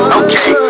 okay